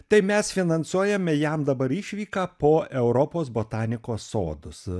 tai mes finansuojame jam dabar išvyką po europos botanikos sodus